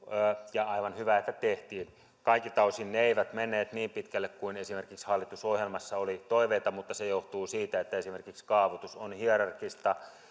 ja aivan hyvä että tehtiin kaikilta osin ne eivät menneet niin pitkälle kuin esimerkiksi hallitusohjelmassa oli toiveita mutta se johtuu siitä että esimerkiksi kaavoitus on hierarkkista